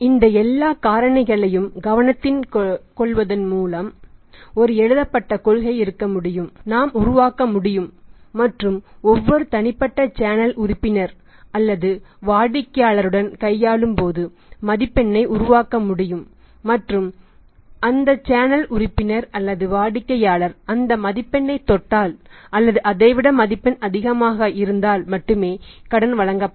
இந்த எல்லா காரணிகளையும் கவனத்தில் கொள்வதன் மூலம் ஒரு எழுதப்பட்ட கொள்கை இருக்க முடியும் நாம் உருவாக்க முடியும் மற்றும் ஒவ்வொரு தனிப்பட்ட சேனல் உறுப்பினர் அல்லது வாடிக்கையாளருடன் கையாளும் போது மதிப்பெண்ணை உருவாக்க முடியும் மற்றும் அந்த சேனல் உறுப்பினர் அல்லது வாடிக்கையாளர் அந்த மதிப்பெண்ணை தொட்டால் அல்லது அதை விட மதிப்பெண் அதிகமாக இருந்தால் மட்டுமே கடன் வழங்கப்படும்